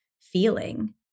feeling